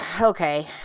okay